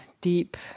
deep